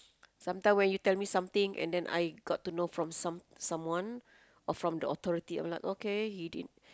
some time when you tell me something and then I got to know from some someone or from the authority I'm like okay he didn't